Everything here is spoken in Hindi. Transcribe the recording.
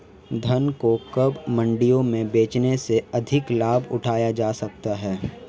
धान को कब मंडियों में बेचने से अधिक लाभ उठाया जा सकता है?